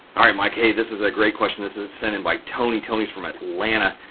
all right, mike. hey, this is a great question. this is sent in by tony. tony is from atlanta.